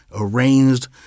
arranged